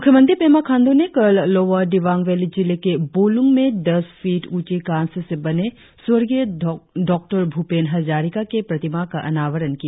मुख्यमंत्री पेमा खांडू ने कल लोअर दिबांग वैली जिले के बोलुंग में दस फीट ऊंची कास्य से बने स्वर्गीय डॉ भ्रपेन हजारिका के प्रतिमा का अनावरण किया